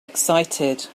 excited